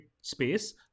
space